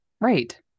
Right